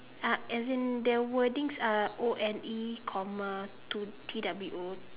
uh as in their wordings are O N E comma two T W O